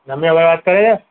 જમ્યાભાઈ વાત કરે